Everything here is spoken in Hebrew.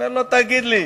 אומר לו: תגיד לי,